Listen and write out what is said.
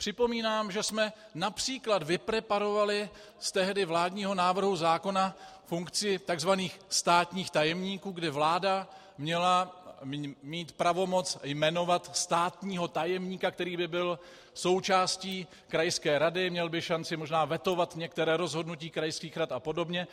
Připomínám, že jsme například vypreparovali z tehdy vládního návrhu zákona funkci takzvaných státních tajemníků, kde vláda měla mít pravomoc jmenovat státního tajemníka, který by byl součástí krajské rady, měl by možná šanci vetovat některá rozhodnutí krajských rad a podobně.